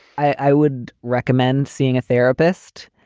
i would recommend seeing a therapist.